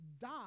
die